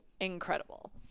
incredible